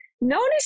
Notice